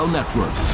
Network